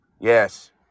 Yes